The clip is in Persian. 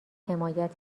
حمایت